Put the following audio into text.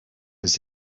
was